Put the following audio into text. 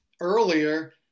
earlier